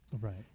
right